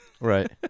right